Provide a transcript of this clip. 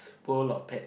world of pets